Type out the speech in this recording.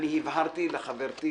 הבהרתי לחברתי